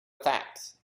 facts